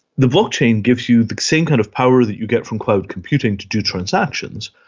the blockchain gives you the same kind of power that you get from cloud computing to do transactions,